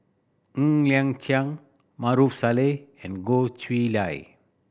Ng Liang Chiang Maarof Salleh and Goh Chiew Lye